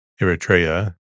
Eritrea